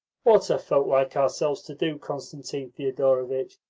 what are folk like ourselves to do, constantine thedorovitch?